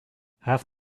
have